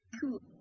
Cool